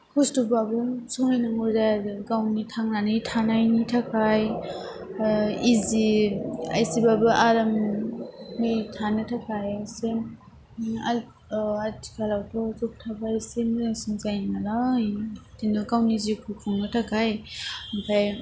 खस्थ'बाबो सहायनांगौ जायो आरो गावनि थांनानै थानायनि थाखाइ ओमफाय इजि इसेबाबो आरामै थानो थाखाय सिम आर आथिखालावथ' जब थाबा इसे मोजांसिन जायो नालाइ बिदिनो गावनि जिउखौ खुंनो थाखाय ओमफाय